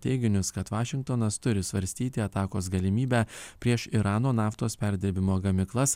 teiginius kad vašingtonas turi svarstyti atakos galimybę prieš irano naftos perdirbimo gamyklas